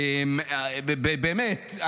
באמת,